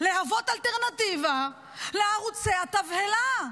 להוות אלטרנטיבה לערוצי התבהלה?